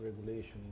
regulation